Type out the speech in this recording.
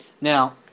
Now